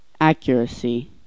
Accuracy